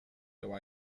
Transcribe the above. though